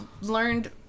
learned